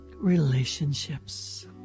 Relationships